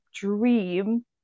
dream